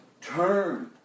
Turn